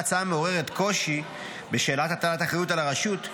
ההצעה מעוררת קושי בשאלת הטלת האחריות על הרשות,